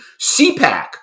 CPAC